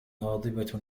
غاضبة